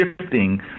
shifting